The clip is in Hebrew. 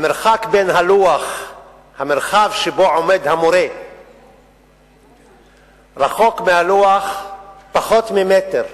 המרחב שבו עומד המורה רחוק מהלוח פחות ממטר.